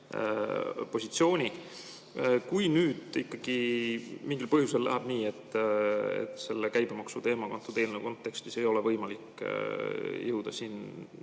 positsiooni. Kui nüüd ikkagi mingil põhjusel läheb nii, et selle käibemaksu teemaga ei ole antud eelnõu kontekstis võimalik jõuda siin